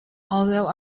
although